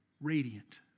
Radiant